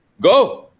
Go